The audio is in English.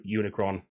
unicron